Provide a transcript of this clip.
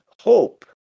hope